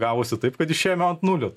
o gavosi taip kad išėjome ant nulio